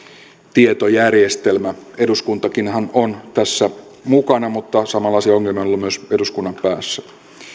tietojärjestelmä eduskuntakinhan on tässä mukana mutta samanlaisia ongelmia on ollut myös eduskunnan päässä